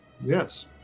Yes